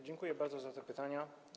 Dziękuję bardzo za pytania.